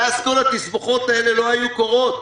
ואז כל התסבוכות האלה לא היו קורות,